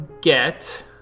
get